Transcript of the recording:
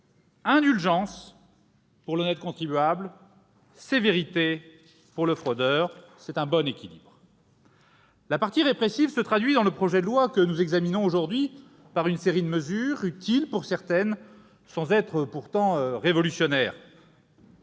Indulgence pour l'honnête contribuable, sévérité pour le fraudeur : c'est un bon équilibre. La partie répressive se traduit dans le projet de loi que nous examinons aujourd'hui par une série de mesures, utiles pour certaines, sans être pour autant révolutionnaires.